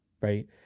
right